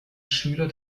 schüler